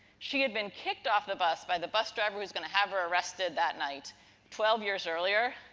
she had been kicked off the bus by the bus driver who's going to have her arrested that night twelve years earlier.